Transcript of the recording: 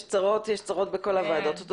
יש צרות, יש צרות בכל הוועדות.